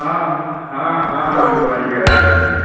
हँ हँ हँ गोपालजी बाजि रहल छी